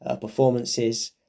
performances